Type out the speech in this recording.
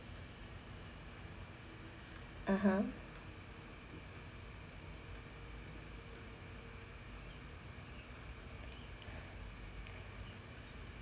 (uh huh)